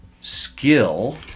skill